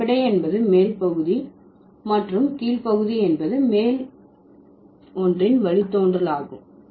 அடிப்படை என்பது மேல் பகுதி மற்றும் கீழ் பகுதி என்பது மேல் ஒன்றின் வழித்தோன்றல் ஆகும்